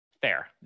Fair